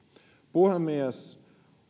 puhemies